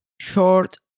short